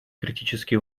критически